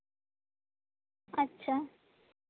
ᱟᱪᱪᱷᱟ